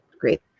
great